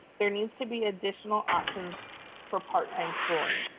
there needs to be additional options for part time schooling.